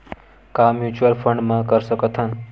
का mutual fund म कर सकत हन?